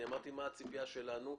אני אמרתי מה הציפיה שלנו.